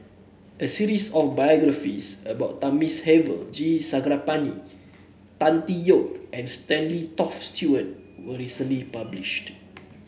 a series of biographies about Thamizhavel G Sarangapani Tan Tee Yoke and Stanley Toft Stewart was recently published